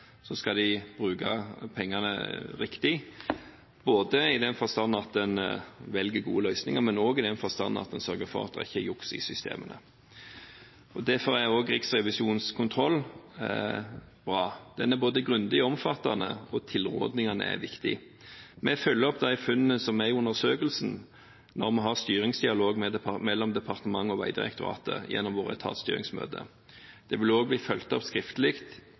skal de bruke pengene riktig både i den forstand at en velger gode løsninger, og i den forstand at en sørger for at det ikke er juks i systemene. Derfor er også Riksrevisjonens kontroll bra. Den er både grundig og omfattende og tilrådingene er viktige. Vi følger opp de funnene som er i undersøkelsen når vi har styringsdialog mellom departementet og Vegdirektoratet gjennom våre etatsstyringsmøter. Det vil også bli fulgt opp skriftlig